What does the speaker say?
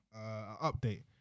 update